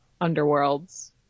Underworlds